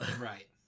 Right